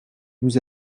nous